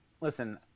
listen